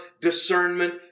discernment